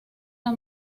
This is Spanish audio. las